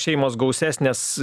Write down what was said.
šeimos gausesnės